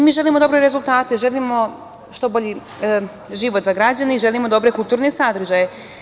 Mi želimo dobre rezultate, želimo što bolji život za građane i želimo dobre kulturne sadržaje.